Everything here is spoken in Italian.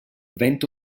vento